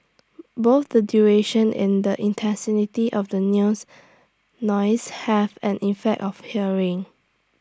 both the duration and the of the noise have an effect of hearing